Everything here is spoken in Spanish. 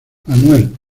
manuel